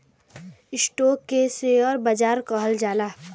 stock के share बाजार कहल जाला